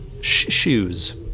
shoes